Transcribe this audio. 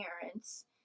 parents